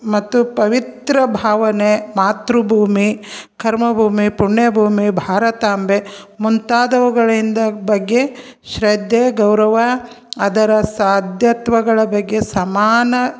ಮತ್ತು ಪವಿತ್ರ ಭಾವನೆ ಮಾತೃಭೂಮಿ ಕರ್ಮಭೂಮಿ ಪುಣ್ಯಭೂಮಿ ಭಾರತಾಂಬೆ ಮುಂತಾದವುಗಳಿಂದ ಬಗ್ಗೆ ಶ್ರದ್ಧೆ ಗೌರವ ಅದರ ಸಾಧ್ಯತ್ವಗಳ ಬಗ್ಗೆ ಸಮಾನ